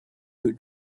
who